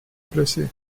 placer